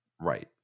Right